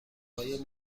های